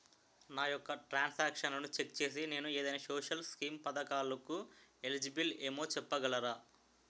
నా యెక్క ట్రాన్స్ ఆక్షన్లను చెక్ చేసి నేను ఏదైనా సోషల్ స్కీం పథకాలు కు ఎలిజిబుల్ ఏమో చెప్పగలరా?